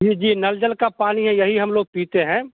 जी जी नल जल का पानी है यही हम लोग पीते हैं